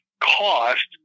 cost